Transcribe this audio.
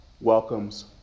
welcomes